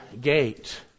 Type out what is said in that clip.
gate